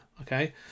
okay